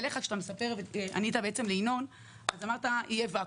כשענית לינון אזולאי אמרת שיהיה ואקום.